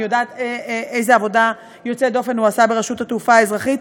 אני יודעת איזו עבודה יוצאת דופן הוא עשה ברשות התעופה האזרחית,